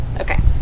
Okay